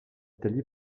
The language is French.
italie